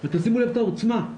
ושימו לב לעוצמה.